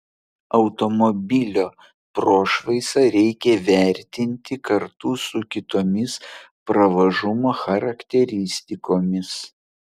automobilio prošvaisą reikia vertinti kartu su kitomis pravažumo charakteristikomis